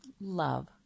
Love